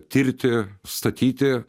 tirti statyti